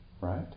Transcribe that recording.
right